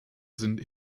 sind